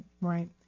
right